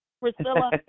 Priscilla